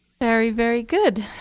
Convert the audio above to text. very, very good.